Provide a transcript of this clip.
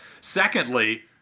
secondly